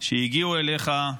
הגיעו אליך,